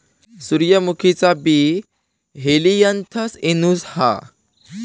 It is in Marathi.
सूर्यमुखीचा बी हेलियनथस एनुस हा